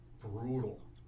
brutal